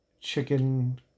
chicken